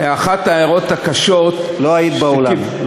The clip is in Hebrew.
אחת ההערות הקשות, לא היית באולם.